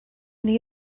neu